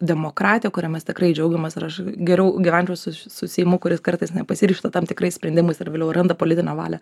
demokratija kuria mes tikrai džiaugiamės ir aš geriau gyventčiau su seimu kuris kartais nepasiryžta tam tikrais sprendimais ar vėliau randa politinę valią